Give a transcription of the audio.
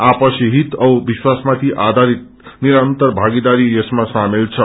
आपसी हित औ विश्वासमाथि आधारित निरन्तर भागीदारी यसमा सामेल छ